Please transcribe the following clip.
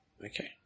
Okay